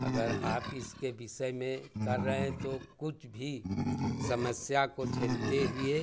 अगर आप इसके विषय में कर रहे हैं तो कुछ भी समस्या को झेलते हुए